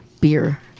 Beer